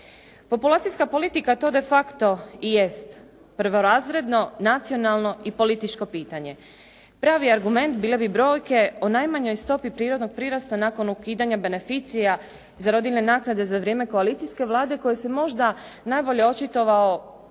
Populacijska politika to de facto i jest, prvorazredno, nacionalno i političko pitanje. Pravi argument bile bi brojke o najmanjoj stopi prirodnog prirasta nakon ukidanja beneficija za rodiljne naknade za vrijeme koalicijske Vlade koji se možda najbolje očitovao